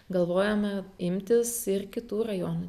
galvojame imtis ir kitų rajonų